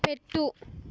పెట్టు